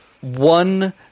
one